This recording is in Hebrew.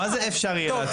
מה זה אפשר יהיה להציג?